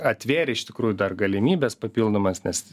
atvėrė iš tikrųjų dar galimybes papildomas nes